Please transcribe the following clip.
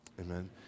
amen